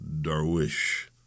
Darwish